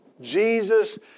Jesus